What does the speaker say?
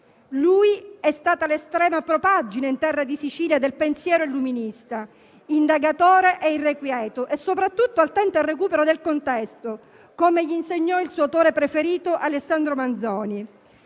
È stato l'estrema propaggine in terra di Sicilia del pensiero illuminista; indagatore irrequieto e soprattutto attento al recupero del contesto, come gli insegnò il suo autore preferito, Alessandro Manzoni.